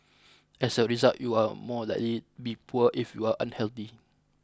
as a result you are more likely be poor if you are unhealthy